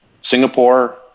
Singapore